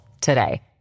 today